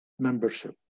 membership